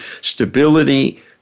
stability